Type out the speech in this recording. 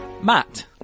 Matt